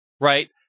Right